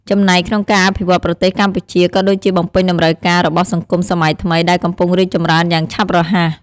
ចំណែកក្នុងការអភិវឌ្ឍប្រទេសកម្ពុជា ក៏ដូចជាបំពេញតម្រូវការរបស់សង្គមសម័យថ្មីដែលកំពុងរីកចម្រើនយ៉ាងឆាប់រហ័ស។